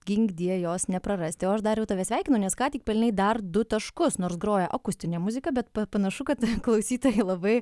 ginkdie jos neprarasti o aš dariau tave sveikinu nes ką tik pelnei dar du taškus nors groja akustine muzika bet panašu kad klausytojai labai